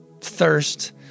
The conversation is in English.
thirst